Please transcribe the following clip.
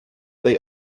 they